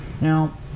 Now